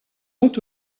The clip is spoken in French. ont